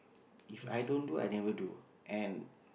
If i don't do I never do and